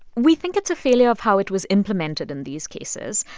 we think it's a failure of how it was implemented in these cases.